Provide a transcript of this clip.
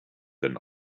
than